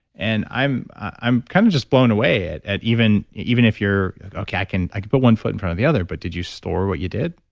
and i'm i'm kind of just blown away at at even even if you're, okay, i can i can put one foot in front of the other, but did you store what you did?